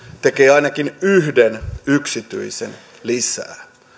tekee ainakin yhden yksityisen lisää